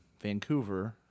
Vancouver